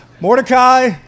Mordecai